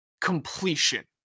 completion